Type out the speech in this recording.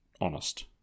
honest